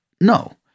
no